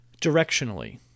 Directionally